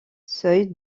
seuil